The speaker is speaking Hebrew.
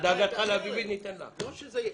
אדרבה,